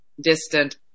distant